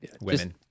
women